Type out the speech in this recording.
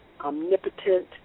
Omnipotent